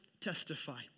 testify